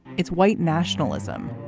it's white nationalism